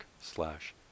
slash